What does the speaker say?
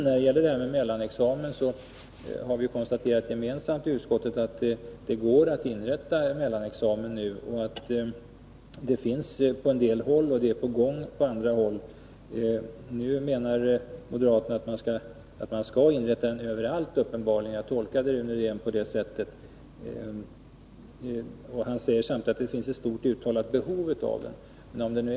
När det gäller mellanexamen har vi gemensamt konstaterat i utskottet att det går att inrätta mellanexamen nu. Den finns på en del håll och är på gång på andra håll. Nu menar moderaterna uppenbarligen att man skall inrätta en sådan examen överallt. Jag tolkar Rune Rydén på det sättet. Han säger samtidigt att det finns ett stort uttalat behov av denna examen.